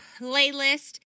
playlist